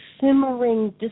simmering